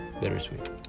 Bittersweet